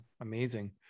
amazing